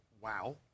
wow